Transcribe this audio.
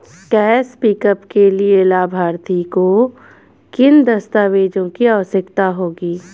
Cash pickup के लिए लाभार्थी को किन दस्तावेजों की आवश्यकता होगी?